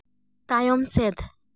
ᱛᱟᱭᱚᱢ ᱥᱮᱫ